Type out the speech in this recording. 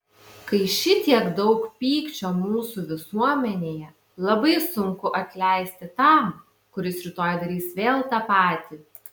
kai šitiek daug pykčio mūsų visuomenėje labai sunku atleisti tam kuris rytoj darys vėl tą patį